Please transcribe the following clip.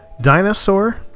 dinosaur